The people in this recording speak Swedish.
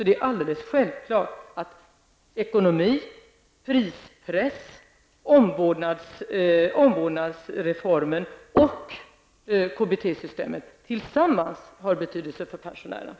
Det är alldeles självklart att ekonomin, prispressen, omvårdnadsreformen och KBT-systemet tillsammans har betydelse för pensionärerna.